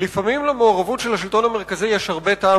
לפעמים מעורבות של השלטון המרכזי דווקא נדרשת.